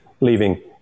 leaving